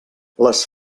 les